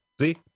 See